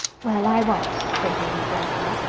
well, i won't, said davy, brightening up.